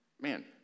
man